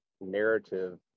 narrative